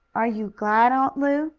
are you glad, aunt lu?